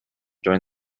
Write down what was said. during